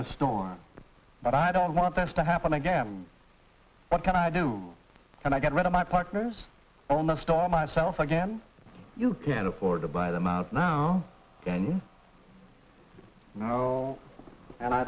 the store but i don't want this to happen again what can i do and i got rid of my partners almost all myself again you can afford to buy them out now you know and i